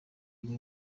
iwe